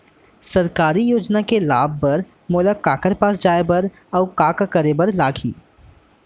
सरकारी योजना के लाभ बर मोला काखर पास जाए बर अऊ का का करे बर लागही?